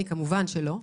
אני כמובן שלא.